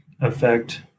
affect